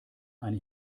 eine